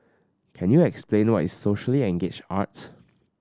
can you explain what is socially engaged art